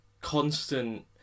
constant